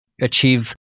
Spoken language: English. achieve